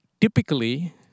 typically